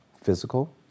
Physical